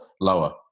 lower